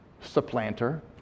supplanter